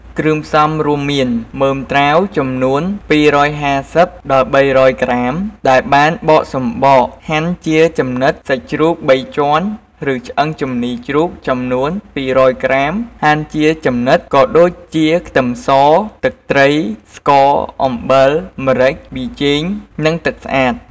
គ្រឿងផ្សំរួមមាន មើមត្រាវចំនួន ២៥០ ដល់ ៣០០ ក្រាម ដែលបានបកសំបកហាន់ជាចំណិត សាច់ជ្រូកបីជាន់ ឬឆ្អឹងជំនីរជ្រូកចំនួន ២០០ ក្រាម ហាន់ជាចំណិត ក៏ដូចជា ខ្ទឹមស ទឹកត្រី ស្ករ អំបិល ម្រេច ប៊ីចេង និងទឹកស្អាត។